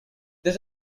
this